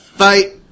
Fight